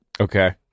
Okay